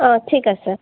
অ ঠিক আছে